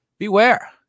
Beware